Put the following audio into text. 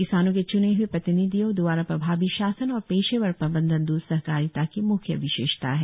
किसानों के च्ने हए प्रतिनिधियों दवारा प्रभावी शासन और पेशेवर प्रबंधन द्ध सहकारिता की म्ख्य विशेषताएं हैं